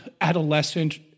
adolescent-